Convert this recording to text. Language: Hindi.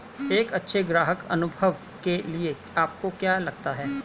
एक अच्छे ग्राहक अनुभव के लिए आपको क्या लगता है?